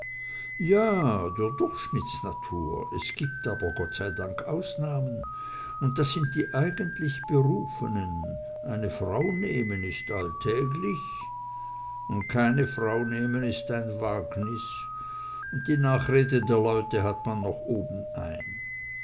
ja der durchschnittsnatur es gibt aber gott sei dank ausnahmen und das sind die eigentlich berufenen eine frau nehmen ist alltäglich und keine frau nehmen ist ein wagnis und die nachrede der leute hat man noch obenein